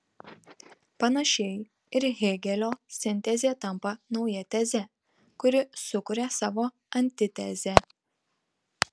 panašiai ir hėgelio sintezė tampa nauja teze kuri sukuria savo antitezę